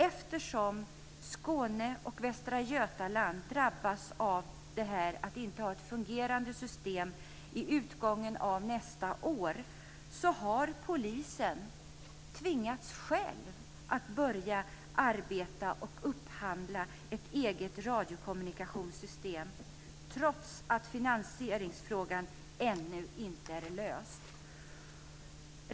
Eftersom Skåne och Västra Götaland drabbas av att inte ha ett fungerande system vid utgången av nästa år har polisen tvingats att själv börja arbeta med att upphandla ett eget radiokommunikationssystem, trots att finansieringsfrågan ännu inte är löst.